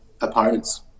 opponents